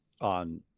On